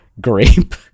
grape